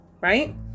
Right